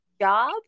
job